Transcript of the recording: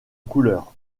couleur